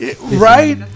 right